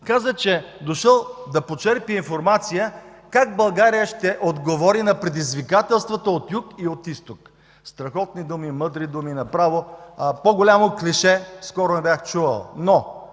Каза, че е дошъл да почерпи информация как България ще отговори на предизвикателството от Юг и от Изток. Страхотни думи, мъдри думи, по-голямо клише скоро не бях чувал.